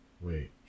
Wait